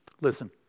Listen